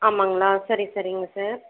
ஆமாங்களா சரி சரிங்க சார்